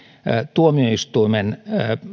tuomioistuimen